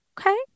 Okay